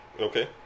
Okay